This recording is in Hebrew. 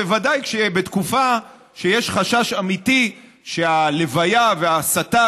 ודאי בתקופה שיש חשש אמיתי שהלוויה וההסתה